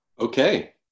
Okay